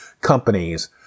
companies